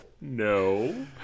No